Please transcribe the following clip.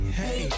hey